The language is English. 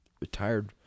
retired